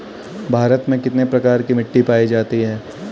भारत में कितने प्रकार की मिट्टी पायी जाती है?